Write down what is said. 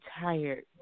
tired